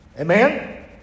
Amen